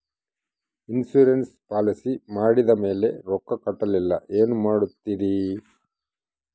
Insurance policy ಮಾಡಿದ ಮೇಲೆ ರೊಕ್ಕ ಕಟ್ಟಲಿಲ್ಲ ಏನು ಮಾಡುತ್ತೇರಿ?